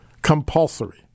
Compulsory